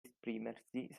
esprimersi